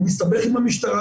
הוא מסתבך עם המשטרה.